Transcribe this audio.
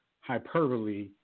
hyperbole